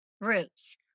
Roots